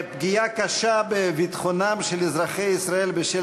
פגיעה קשה בביטחונם של אזרחי ישראל בשל